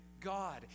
God